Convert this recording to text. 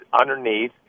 underneath